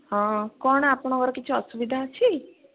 ହଁ କ'ଣ ଆପଣଙ୍କର କିଛି ଅସୁବିଧା ଅଛି